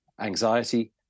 anxiety